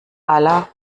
aller